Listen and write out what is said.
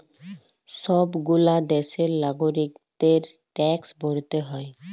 সব গুলা দ্যাশের লাগরিকদের ট্যাক্স ভরতে হ্যয়